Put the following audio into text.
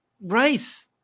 rice